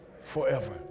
Forever